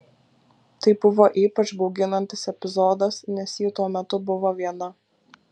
tai buvo ypač bauginantis epizodas nes ji tuo metu buvo viena